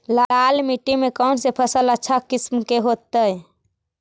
लाल मिट्टी में कौन से फसल अच्छा किस्म के होतै?